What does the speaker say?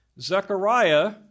Zechariah